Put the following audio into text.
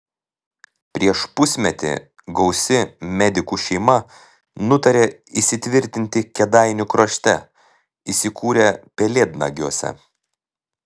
prieš pusmetį gausi medikų šeima nutarė įsitvirtinti kėdainių krašte įsikūrė pelėdnagiuose